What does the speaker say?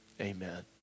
Amen